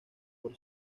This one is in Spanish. por